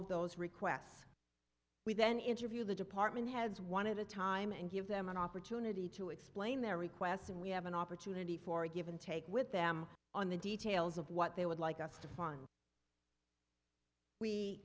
of those requests we then interview the department has one at a time and give them an opportunity to explain their request and we have an opportunity for a give and take with them on the details of what they would like us to fund we